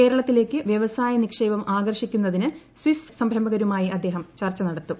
കേരളത്തിലേക്ക് വ്യവസായ നിക്ഷേപം ആകർഷിക്കുന്നതിന് സ്വിസ് സ്ര്ര്യഭക്രുമായി അദ്ദേഹം ചർച്ച നടത്തും